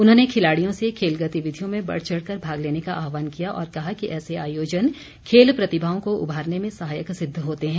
उन्होंने खिलाड़ियों से खेल गतिविधियों में बढ़चढ़ कर भाग लेने का आह्वान किया और कहा कि ऐसे आयोजन खेल प्रतिभाओं को उभारने में सहायक सिद्द होते हैं